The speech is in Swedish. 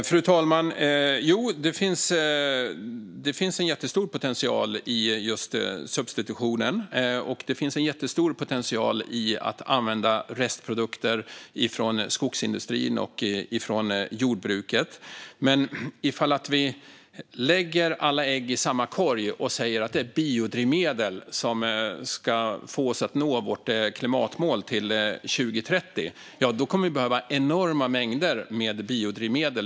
Fru talman! Jo, det finns en jättestor potential i just substitutionen, och det finns en jättestor potential i att använda restprodukter från skogsindustrin och jordbruket. Men om vi lägger alla ägg i samma korg och säger att det är biodrivmedel som ska få oss att nå vårt klimatmål till 2030 kommer vi att behöva enorma mängder biodrivmedel.